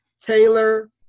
Taylor